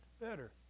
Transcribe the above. better